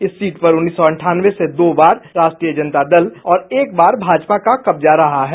इस सीट पर उन्नीस सौ अंठानवे से दो बार राष्ट्रीय जनता दल और एक बार भाजपा का कब्जा रहा है